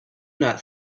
not